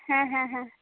ᱦᱮᱸ ᱦᱮᱸ ᱦᱮᱸ